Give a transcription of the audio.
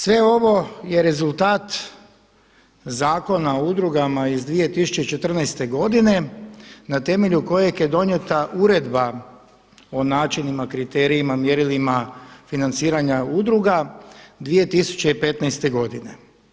Sve ovo je rezultat Zakona o udrugama iz 2014. godine na temelju kojeg je donijeta uredba o načinima, kriterijima, mjerilima, financiranja udruga 2015. godine.